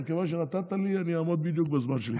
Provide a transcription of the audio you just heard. מכיוון שנתת לי, אני אעמוד בדיוק בזמן שלי.